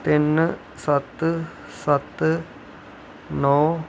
तिन सत्त सत्त नौ